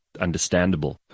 understandable